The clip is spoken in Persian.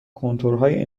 کنتورهای